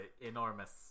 enormous